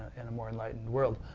in a more enlightened world.